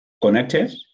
connected